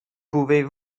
pouvez